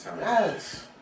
Yes